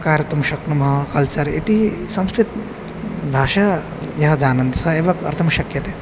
कर्तुं शक्नुमः कल्चर् इति संस्कृतभाषा यः जानन्ति स एव कर्तुं शक्यते